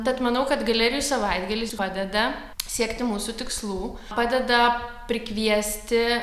tad manau kad galerijų savaitgalis padeda siekti mūsų tikslų padeda prikviesti